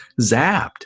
zapped